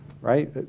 right